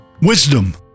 Wisdom